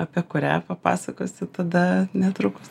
apie kurią papasakosiu tada netrukus